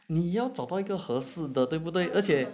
你要找到一个合适的对不对